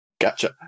Gotcha